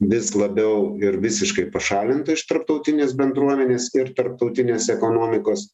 vis labiau ir visiškai pašalinta iš tarptautinės bendruomenės ir tarptautinės ekonomikos